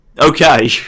Okay